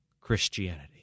Christianity